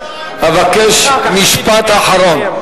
אבקש משפט אחרון.